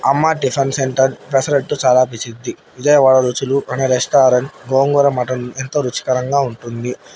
అమ్మ tiffin center pesarattu చాలా పసిద్ది విజయవాడ రుచులు అనే రెస్టారెంట్ గోంగూర మటన్ ఎంతో రుచికరంగా ఉంటుంది